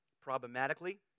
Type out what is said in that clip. Problematically